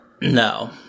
No